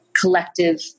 collective